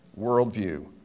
worldview